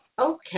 okay